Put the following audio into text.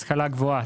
השכלה גבוהה,